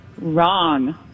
Wrong